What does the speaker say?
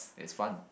it's fun